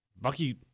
Bucky